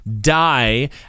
die